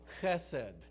chesed